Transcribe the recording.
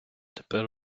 тепер